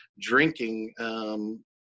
drinking